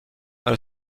elle